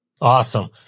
Awesome